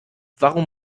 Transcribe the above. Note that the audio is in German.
warum